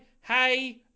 Hey